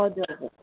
हजुर हजुर